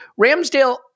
Ramsdale